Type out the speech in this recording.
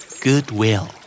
Goodwill